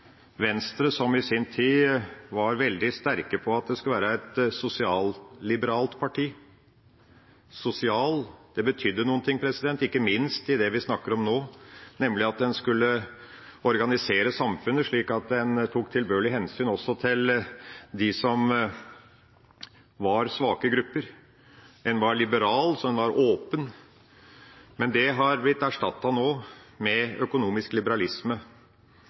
som i sin tid var veldig tydelige på at det skulle være et sosialliberalt parti. «Sosial» betydde noe, ikke minst når det gjelder det vi snakker om nå, nemlig at en skulle organisere samfunnet slik at en tok tilbørlig hensyn også til svake grupper. En var liberal, så en var åpen, men det har nå blitt erstattet med økonomisk liberalisme.